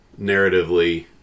narratively